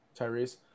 Tyrese